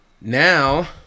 now